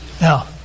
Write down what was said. Now